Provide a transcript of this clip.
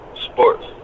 sports